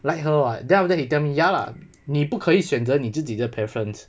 like her [what] then after that he tell me ya lah 你不可以选择你自己的 preference